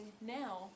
now